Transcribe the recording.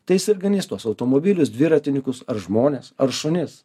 tai jis ir ganys tuos automobilius dviratininkus ar žmones ar šunis